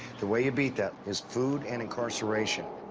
the way you beat that is food and incarceration.